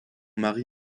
mari